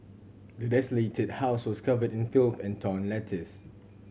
the desolated house was covered in filth and torn letters